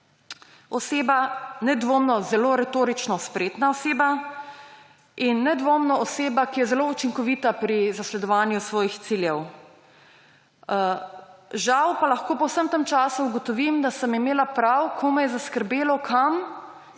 oseba, nedvomno zelo retorično spretna oseba in nedvomno oseba, ki je zelo učinkovita pri zasledovanju svojih ciljev. Žal pa lahko po vsem tem času ugotovim, da sem imela prav, ko me je zaskrbelo kam,